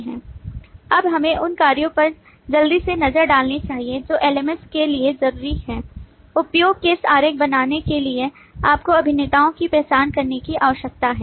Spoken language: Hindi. अब हमें उन कार्यों पर जल्दी से नज़र डालनी चाहिए जो LMS के लिए ज़रूरी हैं उपयोग केस आरेख बनाने के लिए आपको अभिनेताओं की पहचान करने की आवश्यकता है